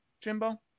Jimbo